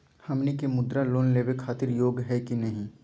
हमनी के मुद्रा लोन लेवे खातीर योग्य हई की नही?